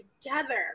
together